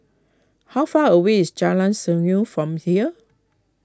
how far away is Jalan Senyum from here